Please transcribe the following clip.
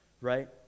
right